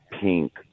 pink